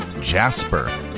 Jasper